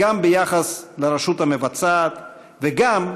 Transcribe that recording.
גם ביחס לרשות המבצעת וגם,